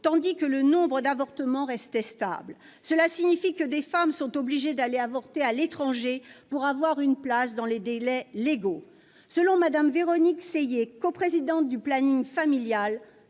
tandis que le nombre d'avortements est resté stable. Cela signifie que des femmes sont obligées d'aller avorter à l'étranger pour avoir une place dans les délais légaux. Selon Mme Véronique Séhier, coprésidente du planning familial,